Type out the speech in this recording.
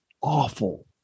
awful